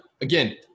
again